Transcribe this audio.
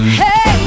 hey